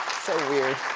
so weird.